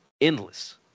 endless